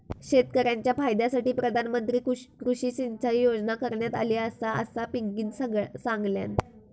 शेतकऱ्यांच्या फायद्यासाठी प्रधानमंत्री कृषी सिंचाई योजना करण्यात आली आसा, असा पिंकीनं सांगल्यान